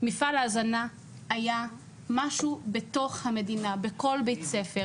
מפעל ההזנה היה משהו בתוך המדינה בכל בית ספר.